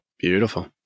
Beautiful